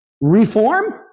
reform